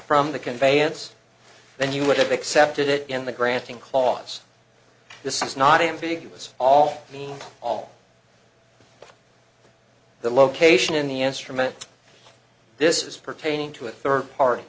from the conveyance then you would have accepted it in the granting clause this is not ambiguous all means all the location in the answer me this is pertaining to a third party